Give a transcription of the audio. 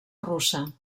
russa